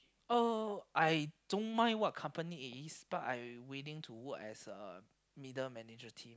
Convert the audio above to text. oh I don't mind what company it is but I willing to work as a middle manager team